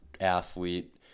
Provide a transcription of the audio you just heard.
athlete